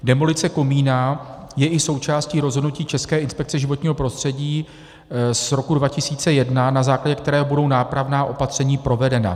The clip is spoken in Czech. Demolice komína je i součástí rozhodnutí České inspekce životního prostředí z roku 2001, na základě kterého budou nápravná opatření provedena.